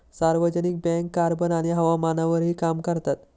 सार्वजनिक bank carbon आणि हवामानावरही काम करतात